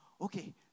Okay